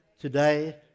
today